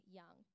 young